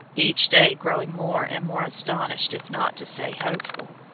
each day growing more and more astonished if not to say hopeful,